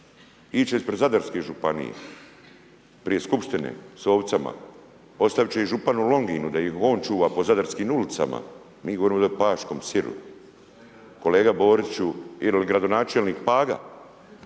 će ispred Zadarske županije prije skupštine, s ovcama. Ostavit će ih županu Longinu da ih on čuva po zadarskim ulicama. Mi govorimo ovdje o Paškom siru. Kolega Boriću, ili gradonačelnik Paga,